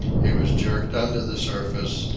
he was jerked under the surface,